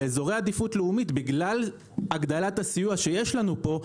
באזורי עדיפות לאומית בגלל הגדלת הסיוע שיש לנו פה,